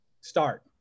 start